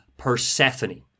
Persephone